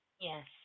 Yes